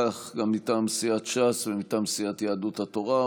וכך גם מטעם סיעת ש"ס ומטעם סיעת יהדות התורה.